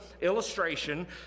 illustration